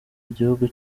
igihugu